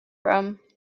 from